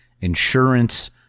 insurance